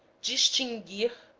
distinguir,